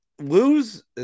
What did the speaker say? Lose